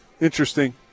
Interesting